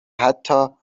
حتا